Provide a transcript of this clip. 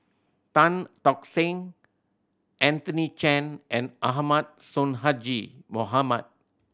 Tan Tock Seng Anthony Chen and Ahmad Sonhadji Mohamad